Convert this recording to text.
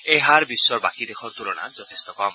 এই হাৰ বিশ্বৰ বাকী দেশৰ তুলনাত যথেষ্ট কম